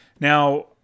Now